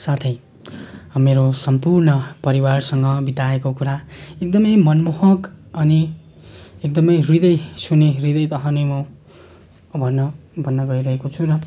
साथै मेरो सम्पूर्ण परिवारसँग बिताएको कुरा एकदमै मनमोहक अनि एकदमै हृदय छुने हृदय तह नै म भन्न भन्न गइरहेको छु र